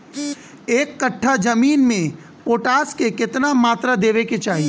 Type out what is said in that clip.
एक कट्ठा जमीन में पोटास के केतना मात्रा देवे के चाही?